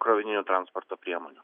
krovininių transporto priemonių